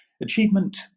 Achievement